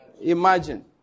imagine